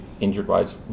injured-wise